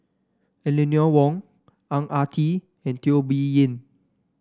Eleanor Wong Ang Ah Tee and Teo Bee Yen